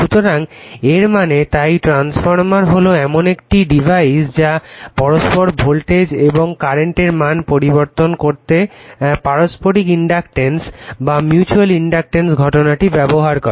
সুতরাং এর মানে তাই ট্রান্সফরমার হল এমন একটি ডিভাইস যা পরস্পর ভোল্টেজ এবং কারেন্টের মান পরিবর্তন করতে পারস্পরিক ইন্ডাকট্যান্স মিউচুয়াল ইন্ডাকশনের ঘটনাটি ব্যবহার করে